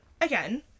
again